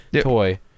toy